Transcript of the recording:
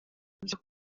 byo